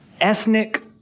ethnic